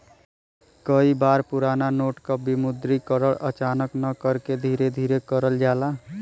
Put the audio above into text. कई बार पुराना नोट क विमुद्रीकरण अचानक न करके धीरे धीरे करल जाला